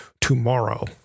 tomorrow